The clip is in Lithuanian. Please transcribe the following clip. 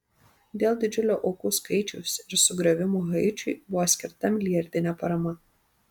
dėl didžiulio aukų skaičiaus ir sugriovimų haičiui buvo skirta milijardinė parama